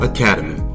Academy